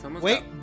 wait